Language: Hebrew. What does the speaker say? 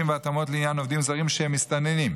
והתאמות לעניין עובדים זרים שהם מסתננים.